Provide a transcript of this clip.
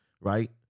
right